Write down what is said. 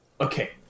okay